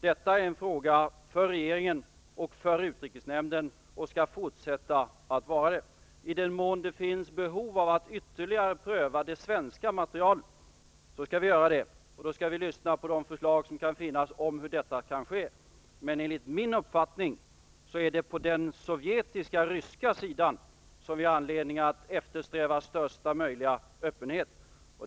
Detta är en fråga för regeringen och för utrikesnämnden och skall fortsätta att vara det. I den mån det finns behov av att ytterligare pröva det svenska materialet skall vi göra det. Då skall vi lyssna på de förslag som kan finnas om hur detta kan ske. Men enligt min uppfattning är det på den sovjetiska/ryska sidan som det finns anledning att eftersträva största möjliga öppenhet.